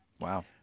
wow